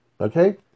okay